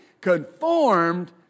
Conformed